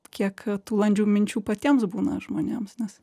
kiek tų landžių minčių patiems būna žmonėms nes